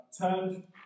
turned